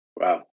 Wow